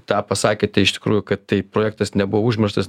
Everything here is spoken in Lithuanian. tą pasakėte iš tikrųjų kad tai projektas nebuvo užmirštas